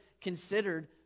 considered